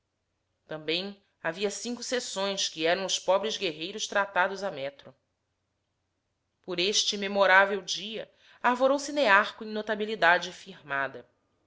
também havia cinco sessões que eram os pobres guerreiros tratados a metro por este memorável dia arvorou-se nearco em notabilidade firmada